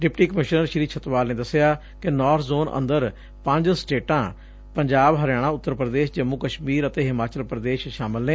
deputy commissioner ਸੀ ਛੱਤਵਾਲ ਨੇ ਦੱਸਿਆ north zone ਅੰਦਰ ਪੰਜ ਸਟੇਟਾਂ ਪੰਜਾਬ ਹਰਿਆਣਾ ਉਤਰਪ੍ਰਦੇਸ਼ ਜੰਮੁ ਕਸ਼ਮੀਰ ਅਤੇ ਹਿਮਾਚਲ ਪੁਦੇਸ਼ ਸ਼ਾਮਿਲ ਨੇ